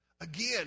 Again